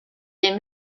des